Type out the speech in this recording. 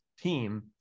team